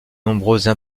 nombreuses